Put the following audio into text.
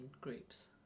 groups